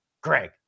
Greg